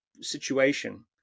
situation